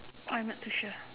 I'm not too sure